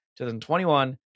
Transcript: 2021